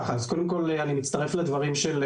בתקופת השרות כל עוד הם לא מסדירים את החוב,